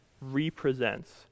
represents